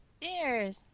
Cheers